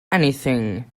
anything